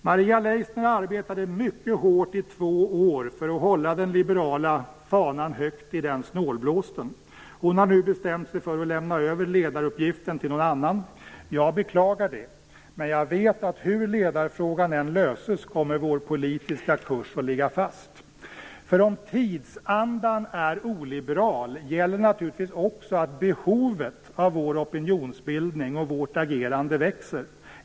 Maria Leissner arbetade mycket hårt i två år för att hålla den liberala fanan högt i den snålblåsten. Hon har nu bestämt sig för att lämna över ledaruppgiften till någon annan. Jag beklagar det. Men jag vet att hur ledarfrågan än löses kommer vår politiska kurs att ligga fast. Om tidsandan är oliberal gäller naturligtvis också att behovet av vår opinionsbildning och vårt agerande växer.